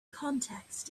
context